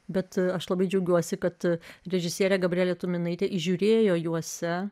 bet aš labai džiaugiuosi kad režisierė gabrielė tuminaitė įžiūrėjo juose